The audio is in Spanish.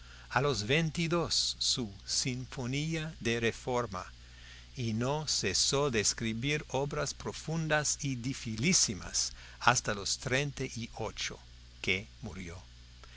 a los veintidós su sinfonía de reforma y no cesó de escribir obras profundas y dificilísimas hasta los treinta y ocho que murió